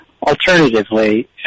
Alternatively